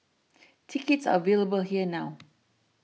tickets are available here now